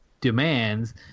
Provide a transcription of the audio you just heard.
demands